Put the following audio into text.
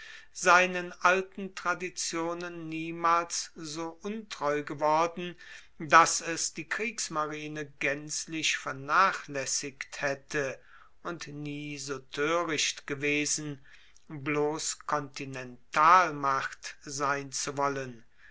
seinen alten traditionen niemals so untreu geworden dass es die kriegsmarine gaenzlich vernachlaessigt haette und nie so toericht gewesen bloss kontinentalmacht sein zu wollen